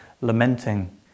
lamenting